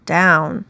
down